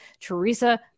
Teresa